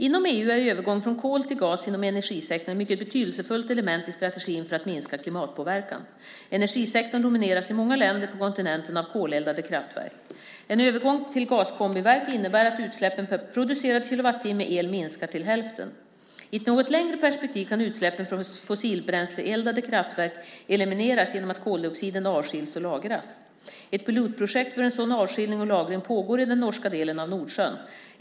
Inom EU är övergång från kol till gas inom energisektorn ett mycket betydelsefullt element i strategin för att minska klimatpåverkan. Energisektorn domineras i många länder på kontinenten av koleldade kraftverk. En övergång till gaskombiverk innebär att utsläppen per producerad kilowattimme el minskar till hälften. I ett något längre perspektiv kan utsläppen från fossilbränsleeldade kraftverk elimineras genom att koldioxiden avskiljs och lagras. Ett pilotprojekt för sådan avskiljning och lagring pågår i den norska delen av Nordsjön.